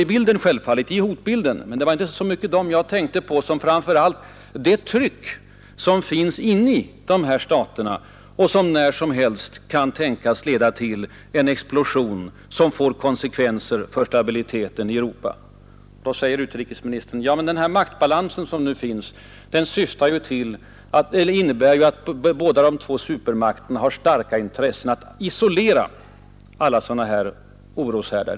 De ingår självfallet i hotbilden, men det var inte så mycket dem jag tänkte på utan framför allt på det tryck som finns inuti staterna och som när som helst kan tänkas leda till en explosion som får konsekvenser för stabiliteten i Europa. Men den maktbalans som nu finns innebär ju, säger utrikesministern, att båda de två supermakterna har starka intressen att ”isolera” alla oroshärdar.